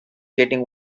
getting